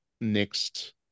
next